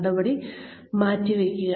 നടപടി മാറ്റിവയ്ക്കുക